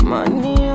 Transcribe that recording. Money